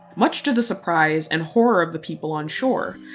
much to the surprise and horror of the people on shore,